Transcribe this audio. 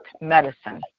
medicine